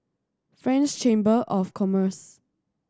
French Chamber of Commerce